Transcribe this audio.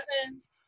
cousins